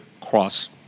cross